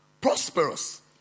Prosperous